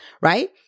Right